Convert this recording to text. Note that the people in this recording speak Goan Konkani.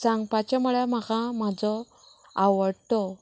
सांगपाचें म्हळ्यार म्हाका म्हाजो आवडटो